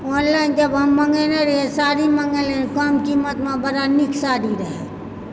online जब हम मङ्गेने रहिऐ साड़ी मङ्गेले कम कीमतमे बड़ा नीक साड़ी रहए